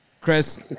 Chris